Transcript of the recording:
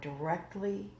directly